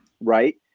right